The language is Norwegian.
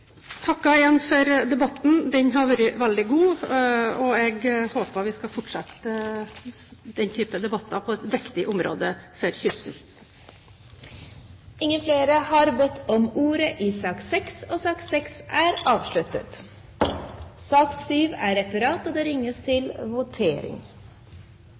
har vært veldig god, og jeg håper vi skal fortsette den type debatter på et viktig område for kysten. Debatten i sak nr. 6 er avsluttet. Vi går til votering. I sakene nr. 1–4 foreligger det ikke noe voteringstema. Presidenten gjør oppmerksom på at det